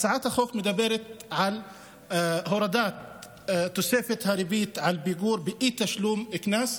הצעת החוק מדברת על הורדת תוספת הריבית על פיגור באי-תשלום קנס.